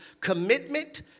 commitment